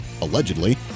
allegedly